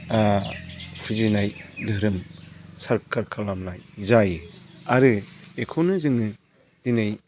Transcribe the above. फुजिनाय धोरोम सारखार खालामनाय जायो आरो बेखौनो जोङो दिनै